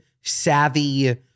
savvy